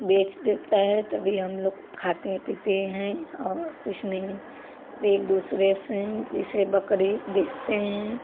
बेच देता है तभी हम लोग खाते हैं पीते हैं और कुछ नहीं एक दूसरे से जैसे बकरी बेचते हैं